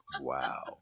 Wow